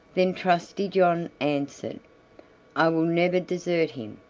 then trusty john answered i will never desert him,